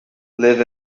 live